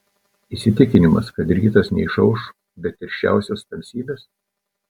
įsitikinimas kad rytas neišauš be tirščiausios tamsybės